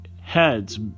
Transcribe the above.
Heads